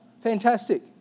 Fantastic